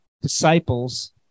disciples